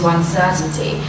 uncertainty